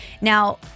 Now